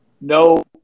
no